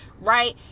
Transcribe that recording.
right